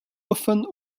offen